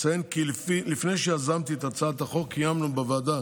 אציין כי לפני שיזמתי את הצעת החוק קיימנו בוועדה